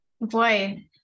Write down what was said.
Boy